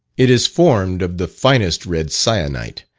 it is formed of the finest red syenite,